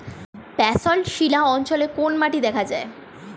Basalt শিলা অঞ্চলে কোন মাটি দেখা যায়?